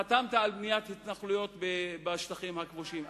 חתמת על בניית התנחלויות בשטחים הכבושים.